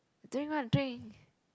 don't even want to drink